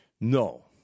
No